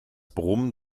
brummen